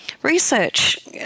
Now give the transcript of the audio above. Research